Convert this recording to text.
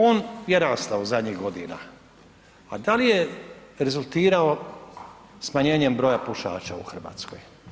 On je rastao zadnjih godina, a da li je rezultirao smanjenjem broja pušača u Hrvatskoj?